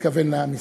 התכוון לעם ישראל.